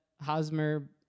Hosmer